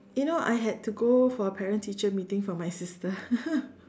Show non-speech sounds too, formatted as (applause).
you know I had to go for a parent teacher meeting for my sister (laughs)